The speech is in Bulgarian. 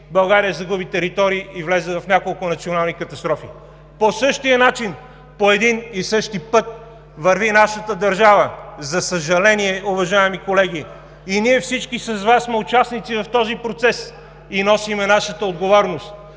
България загуби територии и влезе в няколко национални катастрофи. По същия начин, по един и същи път върви нашата държава, за съжаление, уважаеми колеги, и ние всички с Вас сме участници в този процес и носим нашата отговорност.